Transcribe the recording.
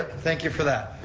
thank you for that.